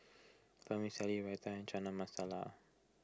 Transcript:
Vermicelli Raita and Chana Masala